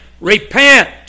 Repent